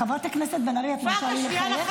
חברת הכנסת בן ארי, את מרשה לי לחייך?